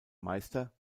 meister